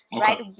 right